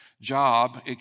job